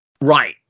Right